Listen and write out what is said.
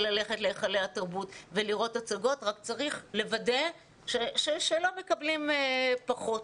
ללכת להיכלי התרבות ולראות הצגות אלא שצריך לוודא שלא מקבלים פחות.